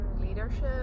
leadership